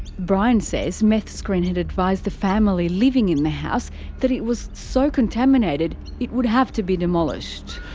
brian says meth screen had advised the family living in the house that it was so contaminated it would have to be demolished.